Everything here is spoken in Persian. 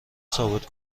ثابت